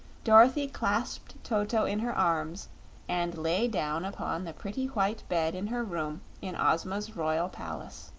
dorothy clasped toto in her arms and lay down upon the pretty white bed in her room in ozma's royal palace.